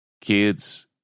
kids